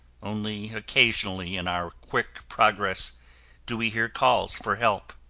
only occasionally in our quick progress do we hear calls for help.